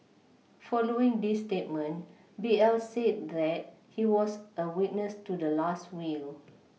following this statement B L said that he was a witness to the last will